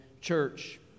church